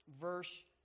verse